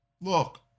Look